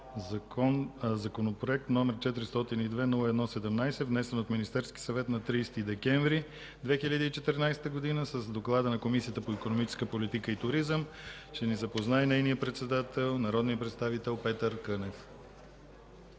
Законопроектът е № 402-01-17, внесен от Министерския съвет на 30 декември 2014 г. С доклада на Комисията по икономическа политика и туризъм ще ни запознае нейният председател народния представител Петър Кънев.